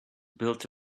built